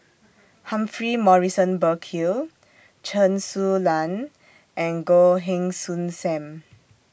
Humphrey Morrison Burkill Chen Su Lan and Goh Heng Soon SAM